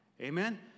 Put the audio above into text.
Amen